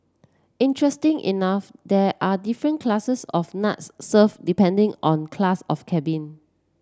interesting enough there are different classes of nuts served depending on class of cabin